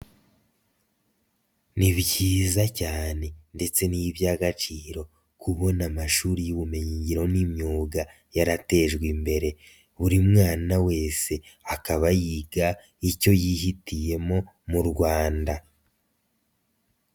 Ni byiza cyane ndetse ni iby'agaciro kubona amashuri y'ubumenyingiro n'imyuga yaratejwe imbere, buri mwana wese akaba yiga icyo yihitiyemo mu Rwanda.